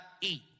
eat